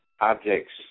objects